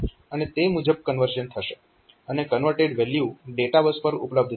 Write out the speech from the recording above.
અને તે મુજબ કન્વર્ઝન થશે અને કન્વર્ટેડ વેલ્યુ ડેટાબસ પર ઉપલબ્ધ થશે